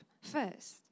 first